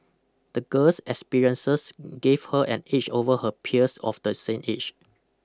the girl's experiences gave her an edge over her peers of the same age